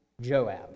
Joab